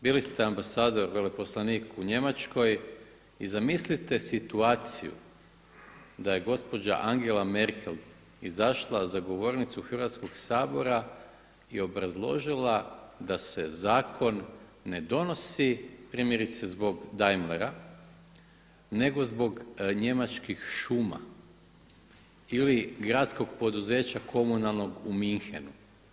Bili ste ambasador, veleposlanik u Njemačkoj i zamislite situaciju da je gospođa Angela Merkel izašla za govornicu Hrvatskog sabora i obrazložila da se zakon ne donosi primjerice zbog Daimlera nego zbog njemačkih šuma ili gradskog poduzeća komunalnog u Münchenu.